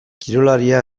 kirolaria